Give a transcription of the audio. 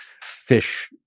fish